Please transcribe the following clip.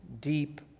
deep